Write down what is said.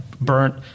burnt